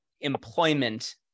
employment